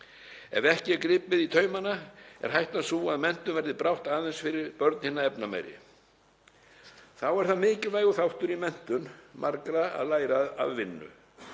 Ef ekki er gripið í taumana er hættan sú að menntun verði brátt aðeins fyrir börn hinna efnameiri. Þá er það mikilvægur þáttur í menntun margra að læra af vinnu.